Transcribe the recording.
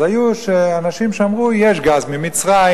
אז היו אנשים שאמרו: יש גז ממצרים,